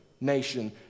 nation